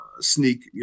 sneak